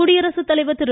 குடியரசுத்தலைவர் திரு